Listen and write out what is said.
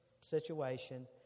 situation